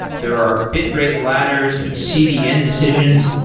there are bit rate ladders and cdn decisions.